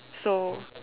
so